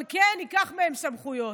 אבל כן ייקח מהם סמכויות.